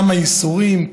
כמה ייסורים,